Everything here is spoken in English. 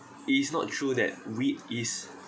it is not true that weed is